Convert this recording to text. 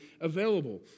available